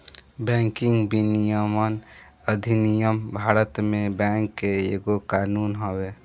banking विनियमन अधिनियम भारत में बैंक के एगो कानून हवे